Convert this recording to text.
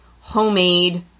homemade